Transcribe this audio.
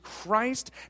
Christ